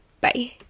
Bye